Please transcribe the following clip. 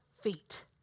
feet